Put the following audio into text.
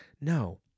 No